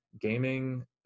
gaming